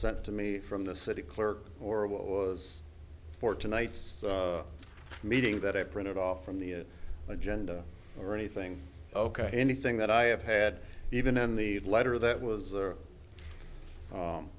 sent to me from the city clerk or what was for tonight's meeting that i printed off from the agenda or anything ok anything that i have had even in the letter that was